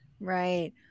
Right